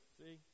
see